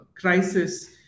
crisis